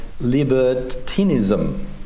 libertinism